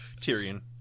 Tyrion